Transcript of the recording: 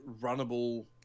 runnable